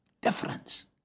Difference